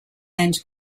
and